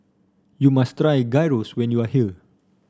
you must try Gyros when you are here